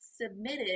submitted